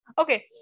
okay